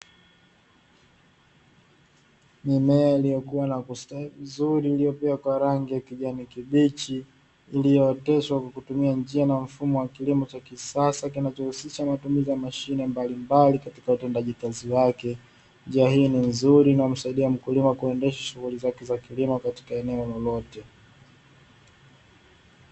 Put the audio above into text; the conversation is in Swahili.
Mimea iliyokua na kustawi vizuri iliyopea kwa rangi ya kijani kibichi iliyooteshwa kwa kutumia njia na mfumo wa kilimo cha kisasa kinachohusisha matumizi ya mashine mbalimbali katika utendaji kazi wake, njia hii ni nzuri na humsaidia mkulima kuendesha shughuli zake za kilimo katika eneo lolote.